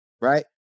right